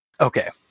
Okay